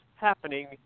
happening